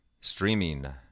streaming